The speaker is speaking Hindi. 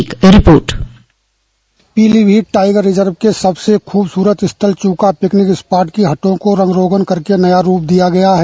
एक रिपोर्ट पीलीभीत टाइगर रिजर्व के सबसे खूबसूरत स्थल चूका पिकनिक स्पाट की हटों को रंग रोगन करके नया रूप दिया गया है